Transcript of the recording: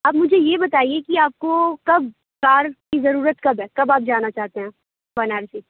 اب مجھے یہ بتائیے کہ آپ کو کب کار کی ضرورت کب ہے کب آپ جانا چاہتے ہیں آپ وارانسی